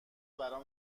برام